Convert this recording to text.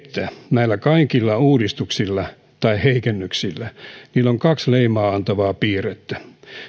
näillä kaikilla uudistuksilla tai heikennyksillä on kaksi leimaa antavaa piirrettä